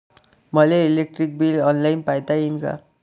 मले electric bill online पायता येईन का?